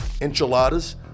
enchiladas